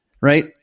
right